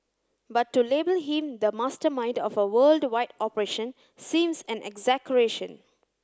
but to label him the mastermind of a worldwide operation seems an exaggeration